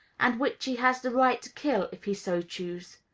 and which he has the right to kill if he so choose.